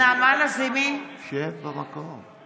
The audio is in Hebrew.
שב במקום.